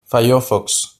firefox